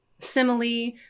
simile